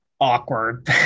awkward